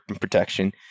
protection